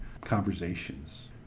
conversations